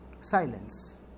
silence